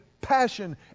passion